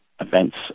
events